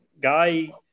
guy